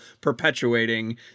perpetuating